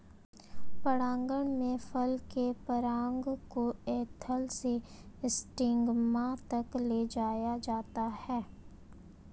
परागण में फल के पराग को एंथर से स्टिग्मा तक ले जाया जाता है